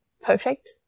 perfect